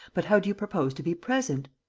but how do you propose to be present?